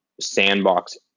sandbox